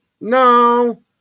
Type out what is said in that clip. no